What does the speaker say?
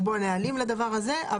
לקבוע נהלים לדבר הזה,